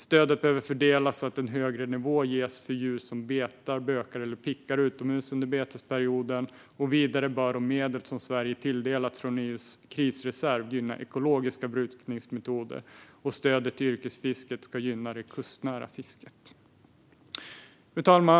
Stödet behöver fördelas så att en högre nivå ges för djur som betar, bökar eller pickar utomhus under betesperioden. Vidare bör de medel som Sverige tilldelats från EU:s krisreserv gynna ekologiska brukningsmetoder, och stödet till yrkesfisket ska gynna det kustnära fisket. Fru talman!